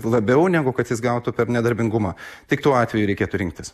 labiau negu kad jis gautų per nedarbingumą tik tuo atveju reikėtų rinktis